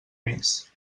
més